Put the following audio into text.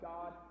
God